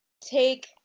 take